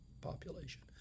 population